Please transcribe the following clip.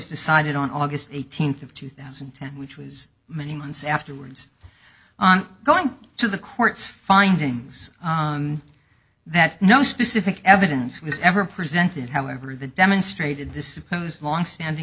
decided on august eighteenth of two thousand and ten which was many months afterwards on going to the court's findings that no specific evidence was ever presented however the demonstrated this supposed long standing